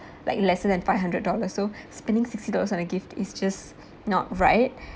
like lesser than five hundred dollars so spending sixty dollars on a gift is just not right